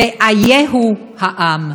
ואייהו העם?